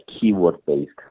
keyword-based